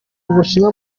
bushinwa